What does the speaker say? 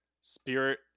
Spirit